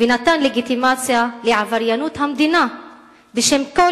ונתן לגיטימציה לעבריינות המדינה בשם כל